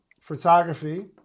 photography